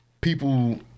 people